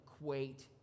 equate